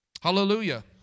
Hallelujah